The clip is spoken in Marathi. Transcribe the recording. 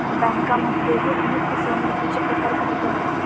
बँकांमध्येही अनेक फसवणुकीचे प्रकार घडत आहेत